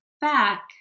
back